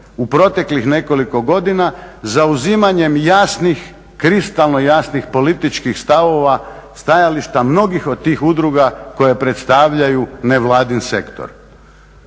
u proteklih nekoliko godina zauzimanjem jasnih, kristalno jasnih političkih stavova, stajališta, mnogih od tih udruga koje predstavljaju nevladin sektor.